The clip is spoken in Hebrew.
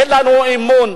אין לנו אמון.